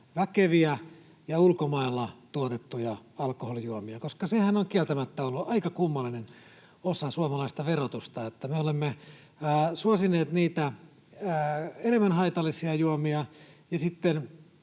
väkeviä ja ulkomailla tuotettuja alkoholijuomia, koska sehän on kieltämättä ollut aika kummallinen osa suomalaista verotusta, että me olemme suosineet niitä enemmän haitallisia juomia.